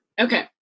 Okay